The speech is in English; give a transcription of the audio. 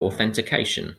authentication